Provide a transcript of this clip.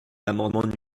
l’amendement